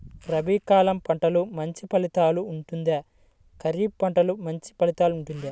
రబీ కాలం పంటలు మంచి ఫలితాలు ఉంటుందా? ఖరీఫ్ పంటలు మంచి ఫలితాలు ఉంటుందా?